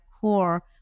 core